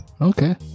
okay